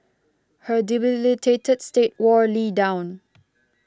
her debilitated state wore Lee down